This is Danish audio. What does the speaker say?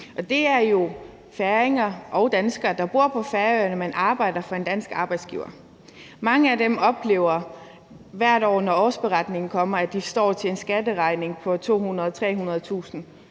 det er jo færinger og danskere, der bor på Færøerne, men arbejder for en dansk arbejdsgiver. Mange af dem oplever hvert år, når årsberetningen kommer, at de står til en skatteregning på 200.000-300.000